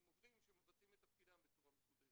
עם עובדים שמבצעים את תפקידם בצורה מסודרת.